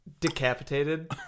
decapitated